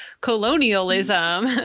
colonialism